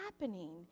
happening